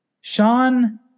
Sean